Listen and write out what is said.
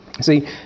See